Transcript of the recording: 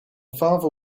father